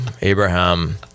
Abraham